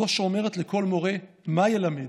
זו שאומרת לכל מורה מה ילמד,